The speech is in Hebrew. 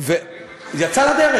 זה יצא לדרך?